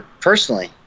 Personally